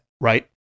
right